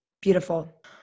Beautiful